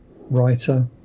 writer